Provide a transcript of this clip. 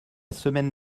semaine